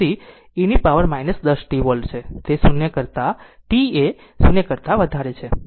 તેથી તે VCt 180 80 e ની પાવર 10 t વોલ્ટ છે જ્યાં t એ 0 વધારે છે